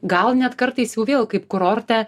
gal net kartais jau vėl kaip kurorte